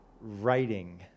writing